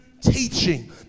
teaching